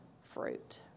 fruit